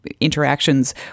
interactions